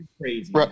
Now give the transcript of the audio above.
crazy